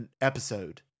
episode